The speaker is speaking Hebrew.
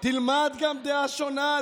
תלמד גם דעה שונה.